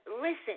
Listen